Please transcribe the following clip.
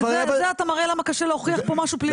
בזה אתה מראה למה קשה להוכיח פה משהו פלילי.